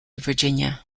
virginia